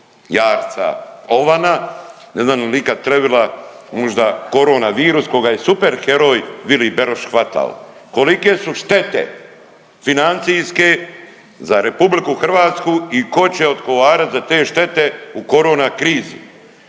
jarca, ovana, ne znam je li ikad trevila možda korona virus koga je super heroj Vili Beroš hvatao? Kolike su štete financijske za RH i ko će odgovarat za te štete u korona krizi?